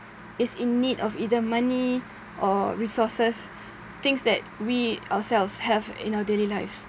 is in need of either money or resources things that we ourselves have in our daily lives